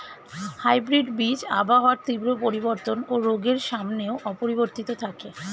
hybrid বীজ আবহাওয়ার তীব্র পরিবর্তন ও রোগের সামনেও অপরিবর্তিত থাকে